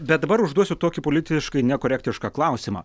bet dabar užduosiu tokį politiškai nekorektišką klausimą